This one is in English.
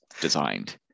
designed